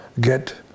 get